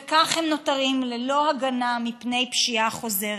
וכך הם נותרים ללא הגנה מפני פשיעה חוזרת.